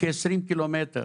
כ-20 קילומטרים